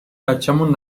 بچمون